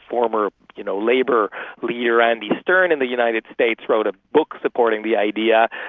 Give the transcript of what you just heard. former you know labour leader andy stern in the united states wrote a book supporting the idea.